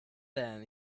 then